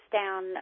down